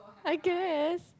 I guess